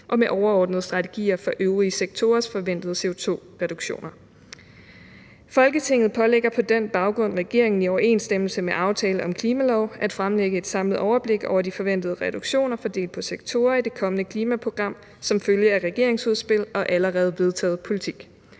og med overordnede strategier for øvrige sektorers forventede CO2-reduktioner. Folketinget pålægger på den baggrund regeringen, i overensstemmelse med Aftale om Klimalov, at fremlægge et samlet overblik over de forventede reduktioner fordelt på sektorer i det kommende klimaprogram som følge af regeringsudspil og allerede vedtaget politik.